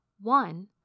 One